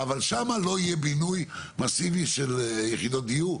אבל שם לא יהיה בינוי מאסיבי של יחידות דיור,